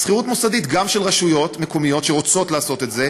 שכירות מוסדית גם של רשויות מקומיות שרוצות לעשות את זה,